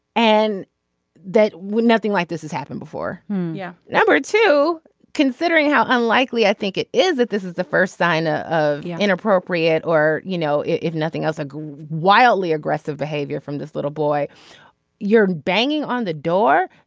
and that would nothing like this has happened before yeah. number two considering how unlikely i think it is that this is the first sign ah of inappropriate or you know if nothing else a wildly aggressive behavior from this little boy you're banging on the door.